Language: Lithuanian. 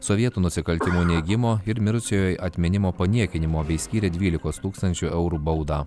sovietų nusikaltimų neigimo ir mirusiojo atminimo paniekinimo bei skyrė dvylikos tūkstančių eurų baudą